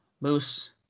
Moose